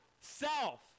self